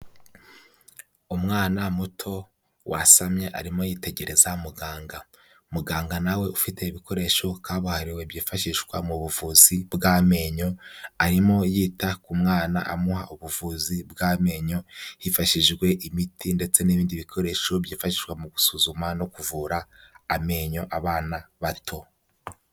Umwana muto wasamye arimo yitegereza muganga. Muganga nawe ufite ibikoresho kabuhariwe byifashishwa mu buvuzi bw'amenyo, arimo yita ku mwana amuha ubuvuzi bw'amenyo, hifashishijwe imiti ndetse n'ibindi bikoresho byifashishwa mu gusuzuma no kuvura amenyo abana bato.